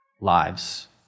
lives